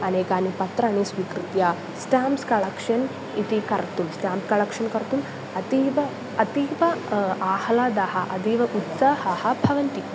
अनेकानि पत्राणि स्वीकृत्य स्टेम्प्स् कळक्षन् इति कर्तुं स्टाम्प् कलेक्षन् कर्तुम् अतीव अतीव आह्लादः अतीव उत्साहः भवन्ति